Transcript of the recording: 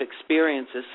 experiences